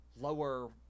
lower